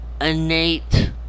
innate